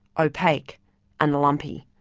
opaque and lumpy,